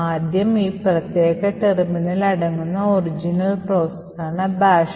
ആദ്യം ഈ പ്രത്യേക ടെർമിനൽ അടങ്ങുന്ന ഒറിജിനൽ പ്രോസസ് ആണ് ബാഷ്